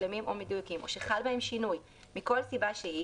שלמים או מדויקים או שחל בהם שינוי מכל סיבה שהיא,